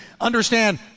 understand